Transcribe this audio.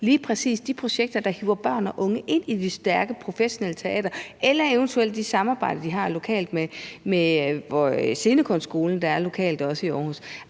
lige præcis de projekter, der hiver børn og unge ind i de stærke professionelle teatre, eller eventuelt de samarbejder, de har lokalt med Scenekunstskolen, der også findes lokalt i Aarhus.